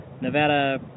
Nevada